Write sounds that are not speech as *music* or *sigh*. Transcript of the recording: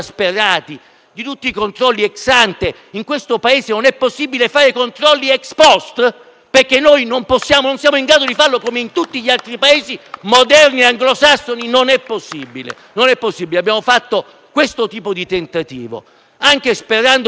di tutti i controlli *ex ante*; in questo Paese non è possibile fare i controlli *ex post* perché non siamo in grado di farlo come in tutti gli altri Paesi moderni e anglosassoni? *applause* Non è possibile. Abbiamo fatto questo tipo di tentativo sperando di trovare